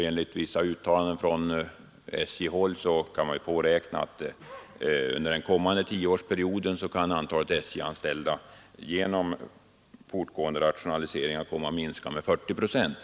Enligt vissa uttalanden från SJ-håll kan man påräkna att antalet SJ-anställda under den kommande tioårsperioden genom fortgående rationaliseringar kommer att minska med 40 procent.